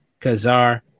Kazar